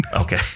Okay